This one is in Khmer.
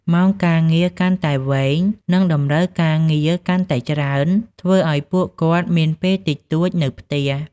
ម៉ោងការងារកាន់តែវែង និងតម្រូវការការងារកាន់តែច្រើន ធ្វើឲ្យពួកគាត់មានពេលតិចតួចនៅផ្ទះ។